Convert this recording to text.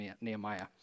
Nehemiah